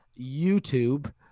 YouTube